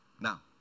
Now